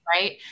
right